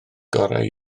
gorau